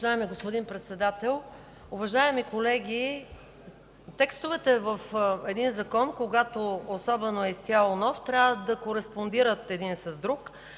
господин Председател, уважаеми колеги! Текстовете в един закон, когато особено е изцяло нов, трябва да кореспондират един с друг.